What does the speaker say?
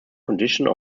conditions